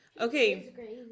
Okay